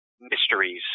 mysteries